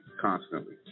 constantly